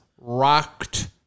rocked